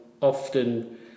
often